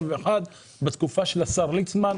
בתקופה של השר ליצמן,